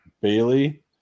bailey